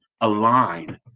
align